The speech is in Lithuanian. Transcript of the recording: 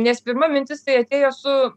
nes pirma mintis tai atėjo su